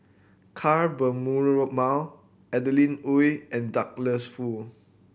Ka Perumal Adeline Ooi and Douglas Foo